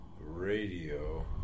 Radio